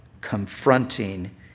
confronting